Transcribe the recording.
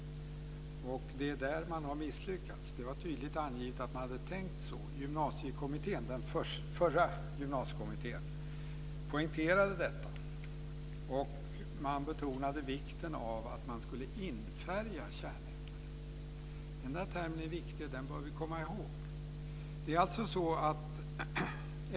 Det är där man har misslyckats. Det var tydligt angivet att man hade tänkt så. Den förra gymnasiekommittén poängterade detta och man betonade vikten av att infärga kärnämnena. Den termen är viktig. Den bör vi komma ihåg.